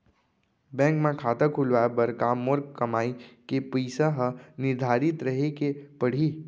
Bank म खाता खुलवाये बर का मोर कमाई के पइसा ह निर्धारित रहे के पड़ही?